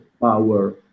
power